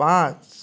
पांच